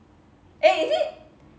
eh is it